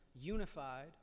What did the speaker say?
unified